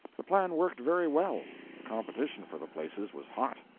the plan worked very well, the competition for the places was hot.